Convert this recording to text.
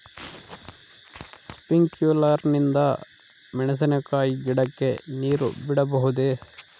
Sprinkler ನಿಂದ ಮೆಣಸಿನಕಾಯಿ ಗಿಡಕ್ಕೆ ನೇರು ಬಿಡಬಹುದೆ?